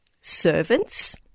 servants